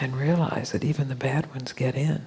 and realize that even the bad ones get in